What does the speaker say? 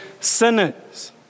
sinners